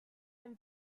and